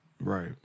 Right